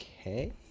okay